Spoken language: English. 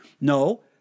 No